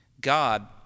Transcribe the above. God